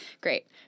Great